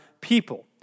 people